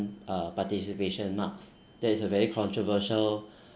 uh participation marks that is a very controversial